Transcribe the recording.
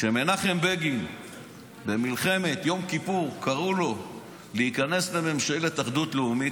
כשקראו למנחם בגין במלחמת יום הכיפורים להיכנס לממשלת אחדות לאומית,